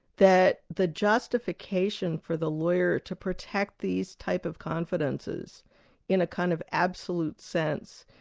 that the justification for the lawyer to protect these type of confidences in a kind of absolute sense,